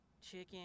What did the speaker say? Chicken